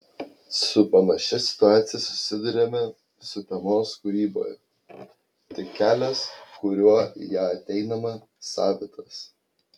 su panašia situacija susiduriame sutemos kūryboje tik kelias kuriuo į ją ateinama savitas